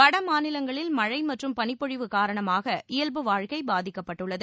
வடமாநிலங்களில் மழை மற்றும் பளிப்பொழிவு காரணமாக இயல்பு வாழ்க்கை பாதிக்கப்பட்டுள்ளது